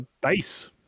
base